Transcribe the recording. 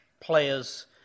players